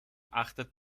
achtet